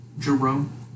Jerome